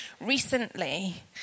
recently